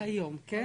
בקשה, קתרין.